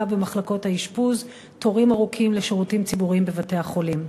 במחלקות האשפוז ומתורים ארוכים לשירותים ציבוריים בבתי-החולים.